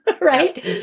Right